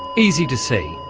easy to see.